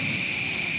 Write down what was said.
חברים.